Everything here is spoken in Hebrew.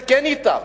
זה כן אפשרי.